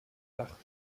dach